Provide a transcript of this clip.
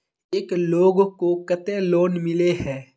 एक लोग को केते लोन मिले है?